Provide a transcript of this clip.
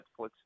Netflix